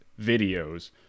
videos